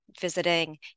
visiting